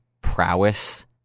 prowess